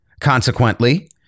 Consequently